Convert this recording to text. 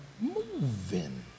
moving